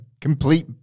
Complete